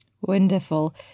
Wonderful